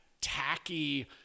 tacky